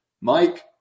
Mike